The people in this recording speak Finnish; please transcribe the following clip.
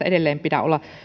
edelleen pidä olla